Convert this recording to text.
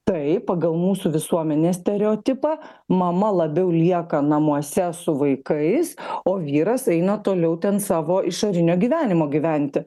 tai pagal mūsų visuomenės stereotipą mama labiau lieka namuose su vaikais o vyras eina toliau ten savo išorinio gyvenimo gyventi